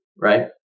right